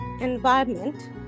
environment